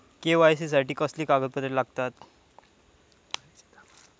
KYC साठी कसली कागदपत्र लागतत?